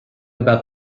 about